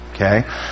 Okay